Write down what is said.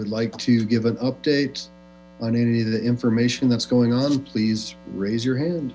would like to give an update on any of the information that's going on please raise your hand